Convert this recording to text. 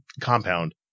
compound